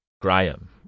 Graham